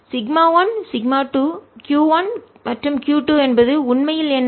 σ 1சிக்மா 1 σ 2 sigma 2 Q 1 மற்றும் Q 2 என்பது உண்மையில் என்ன